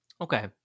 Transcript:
Okay